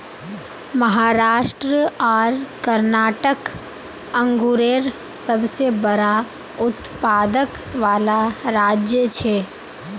महाराष्ट्र आर कर्नाटक अन्गुरेर सबसे बड़ा उत्पादक वाला राज्य छे